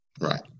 right